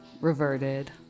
Reverted